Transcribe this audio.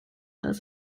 als